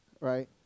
right